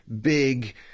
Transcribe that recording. big